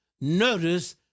Notice